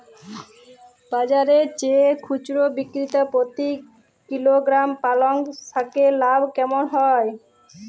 বাজারের চেয়ে খুচরো বিক্রিতে প্রতি কিলোগ্রাম পালং শাকে লাভ কেমন হয়?